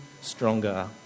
stronger